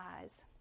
eyes